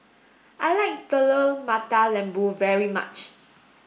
I like Telur Mata Lembu very much